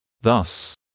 Thus